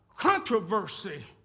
controversy